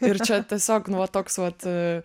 ir čia tiesiog nu va toks vat